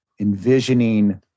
envisioning